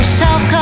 self